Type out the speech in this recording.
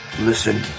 Listen